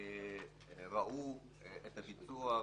ראו את הביצוע,